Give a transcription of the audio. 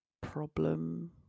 problem